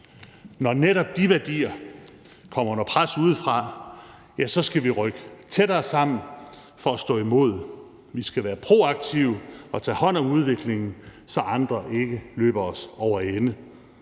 Når netop de værdier kommer under pres udefra, skal vi rykke tættere sammen for at stå imod. Vi skal være proaktive og tage hånd om udviklingen, så andre ikke løber os over ende.